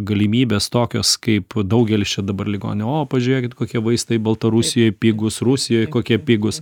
galimybės tokios kaip daugelis čia dabar ligonių o pažiūrėkit kokie vaistai baltarusijoj pigūs rusijoj kokie pigūs